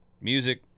music